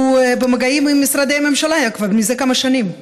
הוא במגעים עם משרדי ממשלה זה כמה שנים,